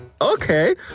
Okay